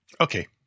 Okay